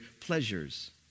pleasures